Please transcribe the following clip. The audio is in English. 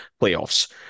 playoffs